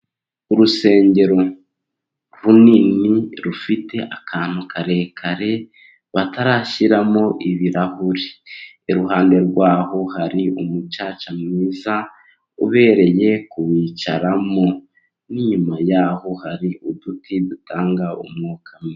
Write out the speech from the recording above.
Urusengero runini rufite akantu karerekare, batarashyiramo ibirahuri. Iruhande rwaho hari umucaca mwiza ubereye kuwicaramo. Inyuma yaho hari uduti dutanga umwuka.